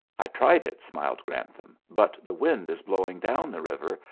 i tried it, smiled grantham, but the wind is blowing down the river,